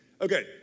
Okay